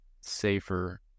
safer